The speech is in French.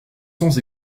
sans